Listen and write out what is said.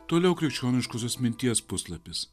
toliau krikščioniškosios minties puslapis